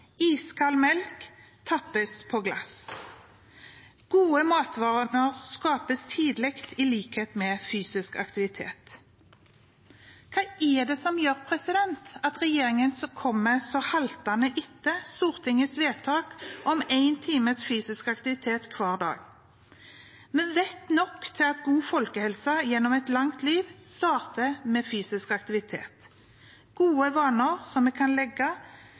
melk tappes på glass. Gode matvaner skapes tidlig, i likhet med fysisk aktivitet. Hva er det som gjør at regjeringen kommer så haltende etter Stortingets vedtak om én time fysisk aktivitet hver dag? Vi vet nok om at god folkehelse gjennom et langt liv starter med fysisk aktivitet, gode vaner som vi enkelt kan legge